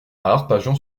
arpajon